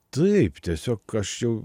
taip tiesiog